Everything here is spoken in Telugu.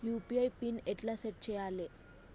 యూ.పీ.ఐ పిన్ ఎట్లా సెట్ చేయాలే?